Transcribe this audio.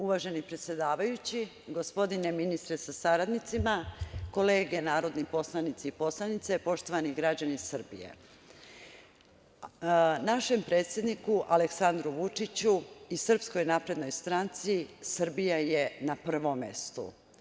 Uvaženi predsedavajući, gospodine ministre sa saradnicima, kolege narodni poslanici i poslanice, poštovani građani Srbije, našem predsedniku Aleksandru Vučiću i SNS Srbija je na prvom mestu.